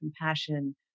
compassion